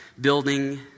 Building